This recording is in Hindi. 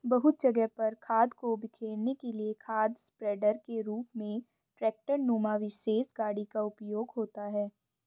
बहुत जगह पर खाद को बिखेरने के लिए खाद स्प्रेडर के रूप में ट्रेक्टर नुमा विशेष गाड़ी का उपयोग होता है